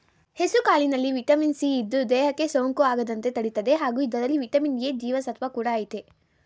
ಹೆಸುಕಾಳಿನಲ್ಲಿ vitamin C ಇದ್ದು, ದೇಹಕ್ಕೆ ಸೋಂಕು ಆಗದಂತೆ ತಡಿತದೆ ಹಾಗೂ ಇದರಲ್ಲಿ ವಿಟಮಿನ್ ಎ ಜೀವಸತ್ವ ಕೂಡ ಆಯ್ತೆ